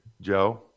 Joe